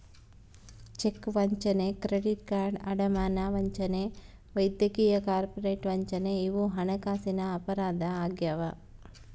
check ವಂಚನೆ credit card ಅಡಮಾನ ವಂಚನೆ ವೈದ್ಯಕೀಯ ಕಾರ್ಪೊರೇಟ್ ವಂಚನೆ ಇವು ಹಣಕಾಸಿನ ಅಪರಾಧ ಆಗ್ಯಾವ